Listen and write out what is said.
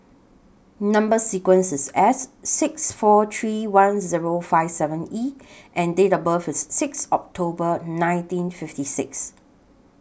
Number sequence IS S six four three one Zero five seven E and Date of birth IS Sixth October nineteen fifty six